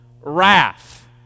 wrath